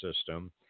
system